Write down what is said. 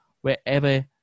wherever